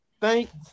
Thanks